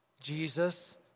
Jesus